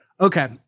Okay